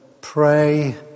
pray